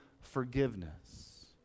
forgiveness